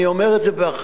אני אומר את זה באחריות,